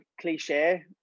cliche